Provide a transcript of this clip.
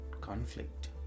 conflict